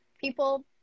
people